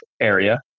area